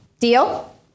deal